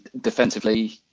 defensively